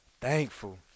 Thankful